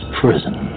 prison